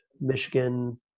Michigan